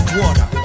water